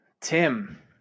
Tim